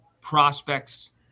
prospects